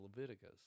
Leviticus